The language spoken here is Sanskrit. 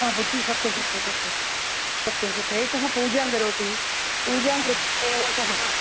हा बुद्धिः सत्यं सत्यं सत्यं सत्यं सत्यम् एषः पूजां करोति पूजां कृत्वा एव सः